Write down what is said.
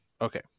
Okay